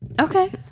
Okay